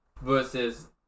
Versus